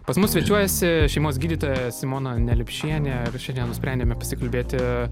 pas mus svečiuojasi šeimos gydytoja simona neliupšienė ir šiandien nusprendėme pasikalbėti